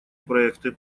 проекты